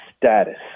status